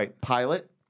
pilot